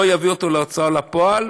לא יביאו אותו להוצאה לפועל,